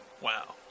Wow